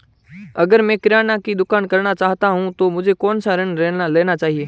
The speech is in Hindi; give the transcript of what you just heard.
अगर मैं किराना की दुकान करना चाहता हूं तो मुझे कौनसा ऋण लेना चाहिए?